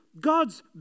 God's